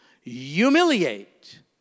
humiliate